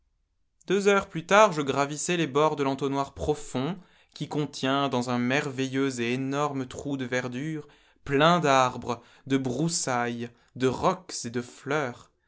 deux heures plus tard je gravissais les bords de l'entonnoir profond qui contient dans un merveilleux et énorme trou de verdure plein d'arbres de broussailles de rocs et de fleurs